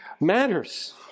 matters